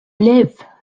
live